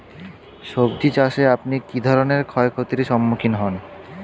সবজী চাষে আপনি কী ধরনের ক্ষয়ক্ষতির সম্মুক্ষীণ হন?